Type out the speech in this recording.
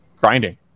grinding